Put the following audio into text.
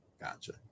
Gotcha